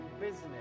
business